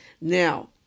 Now